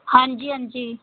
ਹਾਂਜੀ ਹਾਂਜੀ